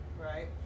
Right